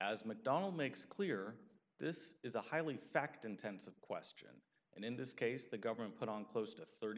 as macdonald makes clear this is a highly fact intensive question and in this case the government put on close to thirty